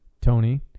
Tony